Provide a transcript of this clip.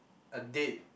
a date